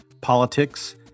politics